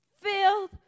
filled